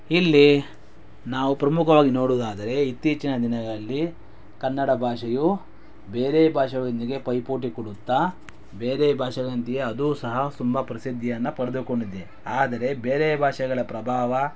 ಇಲ್ಲಿ ನಾವು ಪ್ರಮುಖವಾಗಿ ನೋಡುವುದಾದರೆ ಇತ್ತೀಚಿನ ದಿನಗಳಲ್ಲಿ ಕನ್ನಡ ಭಾಷೆಯು ಬೇರೆ ಭಾಷೆಗಳೊಂದಿಗೆ ಪೈಪೋಟಿ ಕೊಡುತ್ತ ಬೇರೆ ಭಾಷೆಗಳಂತೆಯೇ ಅದೂ ಸಹ ತುಂಬ ಪ್ರಸಿದ್ಧಿಯನ್ನು ಪಡೆದುಕೊಂಡಿದೆ ಆದರೆ ಬೇರೆ ಭಾಷೆಗಳ ಪ್ರಭಾವ